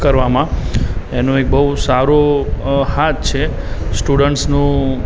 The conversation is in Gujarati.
કરવામાં એનો એક બહુ સારો હાથ છે સ્ટુડન્ટસનો